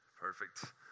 Perfect